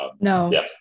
No